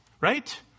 right